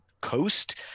coast